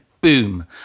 boom